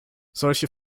solche